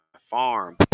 farm